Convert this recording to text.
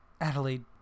Adelaide